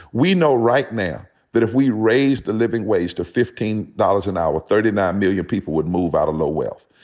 we know right now that if we raise the living wage to fifteen dollars an hour, thirty nine million people would move out of low wealth.